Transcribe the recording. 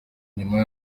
nyuma